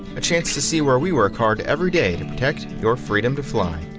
a chance to see where we work hard every day to protect your freedom to fly.